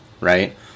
right